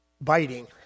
biting